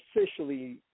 officially